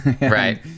Right